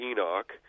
Enoch